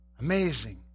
Amazing